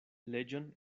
leĝon